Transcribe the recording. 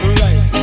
right